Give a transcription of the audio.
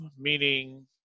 meaning